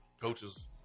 coaches